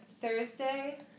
Thursday